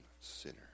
sinner